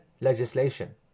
legislation